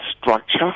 structure